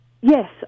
Yes